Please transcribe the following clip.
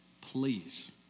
Please